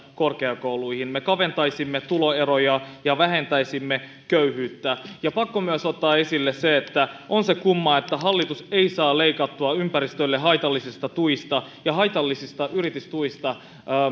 korkeakouluihin me kaventaisimme tuloeroja ja vähentäisimme köyhyyttä ja on pakko ottaa esille myös se että on se kumma että hallitus ei saa leikattua ympäristölle haitallisista tuista ja haitallisista yritystuista